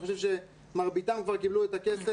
אני חושב שמרביתם כבר קיבלו את הכסף.